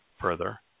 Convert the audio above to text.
Further